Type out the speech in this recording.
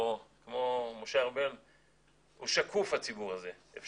הוא שקוף, הציבור הזה.